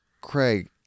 Craig